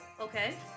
okay